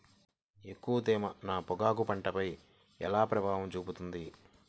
ఎక్కువ తేమ నా పొగాకు పంటపై ఎలా ప్రభావం చూపుతుంది?